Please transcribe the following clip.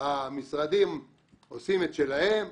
המשרדים עושים את שלהם,